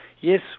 Yes